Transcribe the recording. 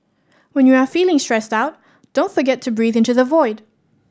when you are feeling stressed out don't forget to breathe into the void